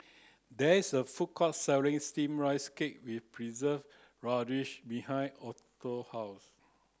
there is a food court selling steamed rice cake with preserved radish behind Orson's house